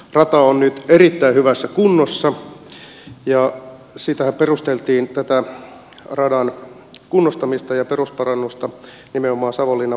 rata on nyt erittäin hyvässä kunnossa ja tätä radan kunnostamista ja perusparannusta perusteltiin nimenomaan savonlinnan vaneritehtaan tarpeilla